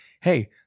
hey